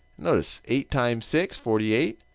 notice, eight times six, forty eight.